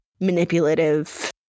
manipulative